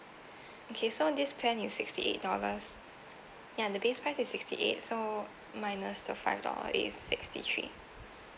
okay so this plan is sixty eight dollars ya the base price is sixty eight so minus the five dollar is sixty three